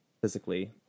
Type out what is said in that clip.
physically